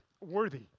worthy